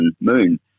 moon